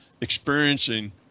experiencing